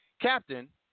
Captain